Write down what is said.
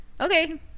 okay